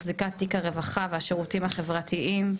מחזיקת תיק הרווחה והשירותים החברתיים.